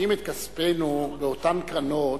שמשקיעים את כספנו באותן קרנות,